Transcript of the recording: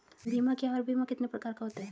बीमा क्या है और बीमा कितने प्रकार का होता है?